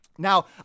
Now